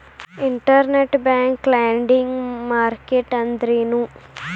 Internet bank lending market ಅಂದ್ರೇನು?